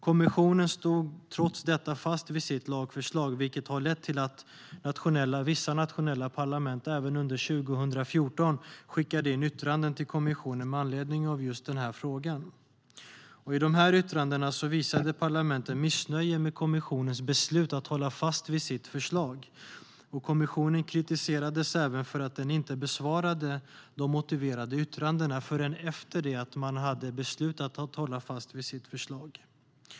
Kommissionen stod trots detta fast vid sitt lagförslag, vilket har lett till att vissa nationella parlament även under 2014 skickade in yttranden till kommissionen med anledning av denna fråga. I dessa yttranden visade parlamenten missnöje med kommissionens beslut att hålla fast vid sitt förslag. Kommissionen kritiserades även för att den inte besvarade de motiverade yttrandena förrän efter det att den hade beslutat att hålla fast vid sitt förslag.